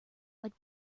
like